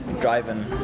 driving